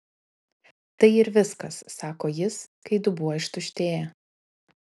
tai ir viskas sako jis kai dubuo ištuštėja